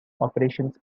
operations